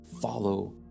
follow